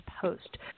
post